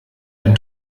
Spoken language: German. ein